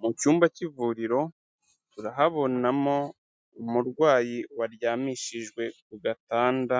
Mu cyumba cy'ivuriro turahabonamo umurwayi waryamishijwe ku gatanda,